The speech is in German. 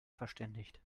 verständigt